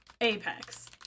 Apex